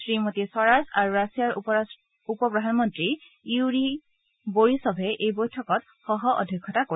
শ্ৰীমতী স্বৰাজ আৰু ৰাছিয়াৰ উপ প্ৰধানমন্তী য়ুৰি বৰিছভে এই বৈঠকত সহঃঅধ্যক্ষতা কৰিব